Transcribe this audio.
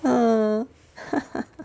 ah